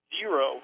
zero